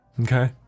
okay